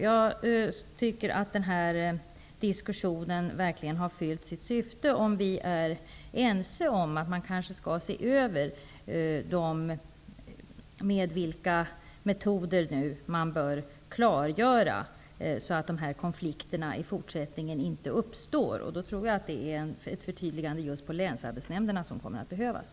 Jag tycker att den här diskussionen verkligen har fyllt sitt syfte om vi är ense om att man kanske skall se över med vilka metoder man bör klargöra detta, så att dessa konflikter i fortsättningen inte uppstår. Jag tror att det i så fall är ett förtydligande på Länsarbetsnämnderna som kommer att behövas.